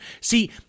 See